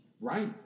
Right